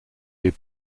les